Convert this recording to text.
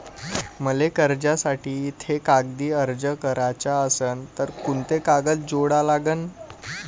मले कर्जासाठी थे कागदी अर्ज कराचा असन तर कुंते कागद जोडा लागन?